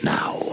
now